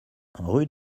rue